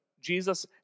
Jesus